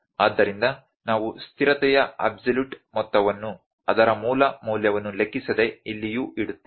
ಆದ್ದರಿಂದ ನಾವು ಸ್ಥಿರತೆಯ ಅಬ್ಸಲ್ಯೂಟ್ ಮೌಲ್ಯವನ್ನು ಅದರ ಮೂಲ ಮೌಲ್ಯವನ್ನು ಲೆಕ್ಕಿಸದೆ ಇಲ್ಲಿಯೂ ಇಡುತ್ತೇವೆ